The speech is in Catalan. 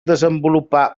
desenvolupà